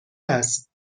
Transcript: است